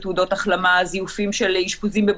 זיופים של תעודות החלמה,